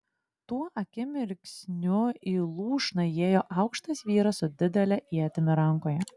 tuo akimirksniu į lūšną įėjo aukštas vyras su didele ietimi rankoje